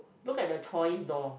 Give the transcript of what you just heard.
look at the toys door